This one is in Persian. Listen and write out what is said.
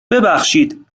ببخشید